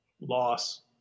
Loss